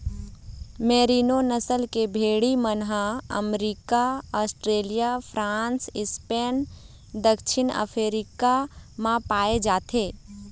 मेरिनों नसल के भेड़ी मन ह अमरिका, आस्ट्रेलिया, फ्रांस, स्पेन, दक्छिन अफ्रीका म पाए जाथे